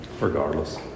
Regardless